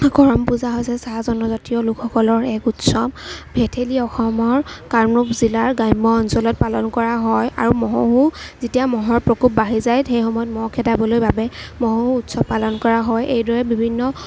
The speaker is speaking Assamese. কৰম পূজা হৈছে চাহ জনজাতীয় লোক সকলৰ এক উৎসৱ ভেঠেলি অসমৰ কামৰূপ জিলাৰ গ্ৰাম্য অঞ্চলত পালন পৰা হয় আৰু মহোহো যেতিয়া মহৰ প্ৰকোপ বাঢ়ি যায় সেই সময়ত মহ খেদাবৰ বাবে মহোহো উৎসৱ পালন কৰা হয় এইদৰে বিভিন্ন